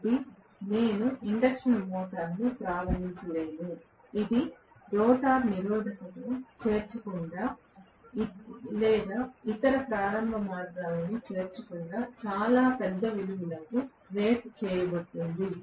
కాబట్టి నేను ఇండక్షన్ మోటారును ప్రారంభించలేను ఇది రోటర్ నిరోధకతను చేర్చకుండా లేదా ఇతర ప్రారంభ మార్గాలను చేర్చకుండా చాలా పెద్ద విలువలకు రేట్ చేయబడుతుంది